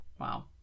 Wow